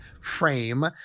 frame